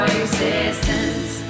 existence